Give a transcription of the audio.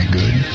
good